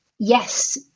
Yes